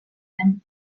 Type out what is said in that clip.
den